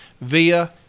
via